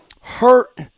hurt